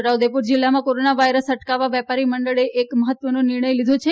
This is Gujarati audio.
છોટાઉદેપુર જિલ્લા માં કોરોના વાઇરસ અટકાવા વેપારી મંડળ એ લીધો મહત્વનો નિર્ણય લીધો છે